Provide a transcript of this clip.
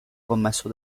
commesso